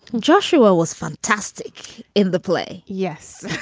joshua was fantastic in the play. yes,